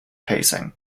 pacing